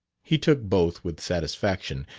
he took both with satisfaction,